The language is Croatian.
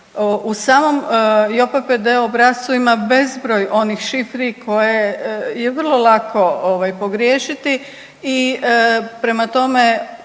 U samom JOPPD obrascu ima bezbroj onih šifri koje je vrlo lako ovaj pogriješiti i prema tome,